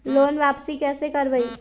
Loan वापसी कैसे करबी?